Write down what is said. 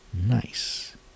Nice